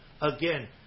Again